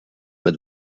mit